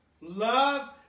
Love